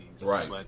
Right